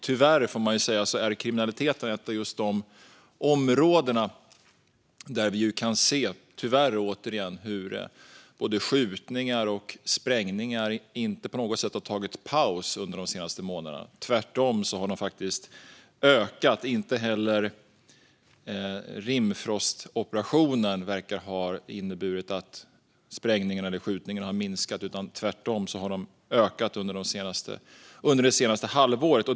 Tyvärr är kriminaliteten ett av de områden där vi kan se att skjutningar och sprängningar inte på något sätt har tagit paus under de senaste månaderna. De har tvärtom ökat. Rimfrostoperationen verkar heller inte ha inneburit att sprängningar och skjutningar har minskat, utan de har som sagt ökat under det senaste halvåret.